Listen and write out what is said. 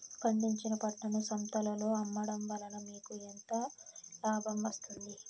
పండించిన పంటను సంతలలో అమ్మడం వలన మీకు ఎంత లాభం వస్తుంది?